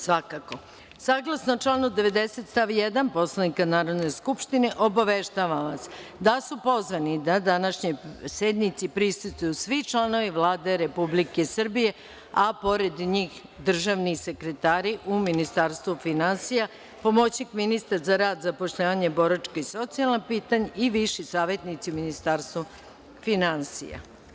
Saglasno članu 90. stav 1. Poslovnika Narodne skupštine, obaveštavam vas da su pozvani da današnjoj sednici prisustvuju svi članovi Vlade Republike Srbije, a pored njih državni sekretari u Ministarstvu finansija, pomoćnik ministra za rad i zapošljavanje i boračka i socijalna pitanja i viši savetnici u Ministarstvu finansija.